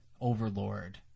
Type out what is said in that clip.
overlord